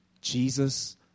Jesus